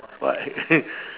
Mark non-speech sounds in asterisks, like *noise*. but *laughs*